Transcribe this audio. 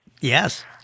Yes